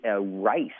rice